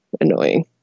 annoying